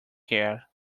care